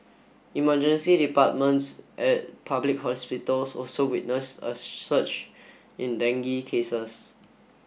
emergency departments at public hospitals also witnessed a surge in dengue cases